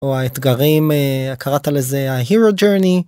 האתגרים, קראת לזה הירו ג'רני.